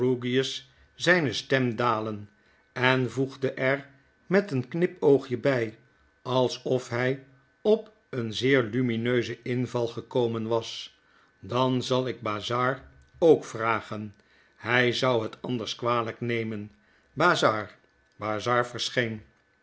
zyne stem dalen en voegde er met een knipoogje by alsof hy op een zeer lumineuzen inval gekomen was dan zal ik bazzard ook vragen hy zou het anders kwalyk nemen bazzard bazzard verscheen